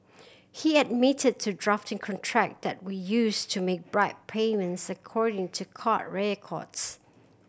he admitted to drafting contract that we used to make bribe payments according to court records